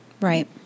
Right